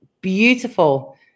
Beautiful